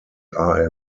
are